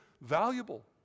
valuable